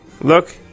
Look